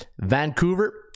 Vancouver